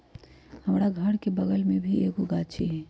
हमरा घर के बगल मे भी एगो गाछी हई